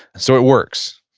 so, it works,